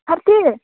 Bharati